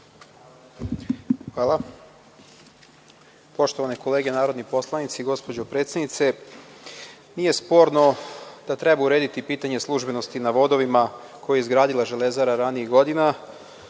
Hvala. Poštovane kolege narodni poslanici, gospođo predsednice, nije sporno da treba urediti pitanje službenosti na vodovima koje je izgradila „Železara“ ranijih godina